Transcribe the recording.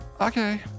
okay